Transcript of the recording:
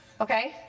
okay